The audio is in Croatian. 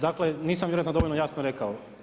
Dakle, nisam vjerojatno dovoljno jasno rekao.